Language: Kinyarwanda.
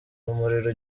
umuriro